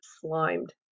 slimed